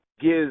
gives